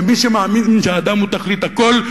ומי שמאמין שהאדם הוא תכלית הכול,